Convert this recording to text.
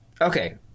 Okay